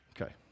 Okay